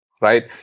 right